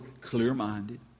clear-minded